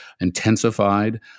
intensified